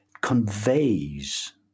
conveys